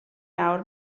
nawr